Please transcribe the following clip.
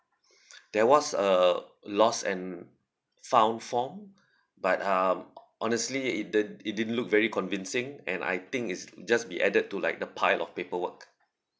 there was a lost and found form but um honestly it did it didn't look very convincing and I think it's just be added to like the pile of paperwork